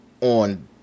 on